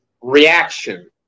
reaction